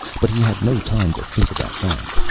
but he had no time to think about that.